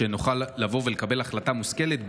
שנוכל לבוא ולקבל החלטה מושכלת,